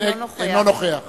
אינו נוכח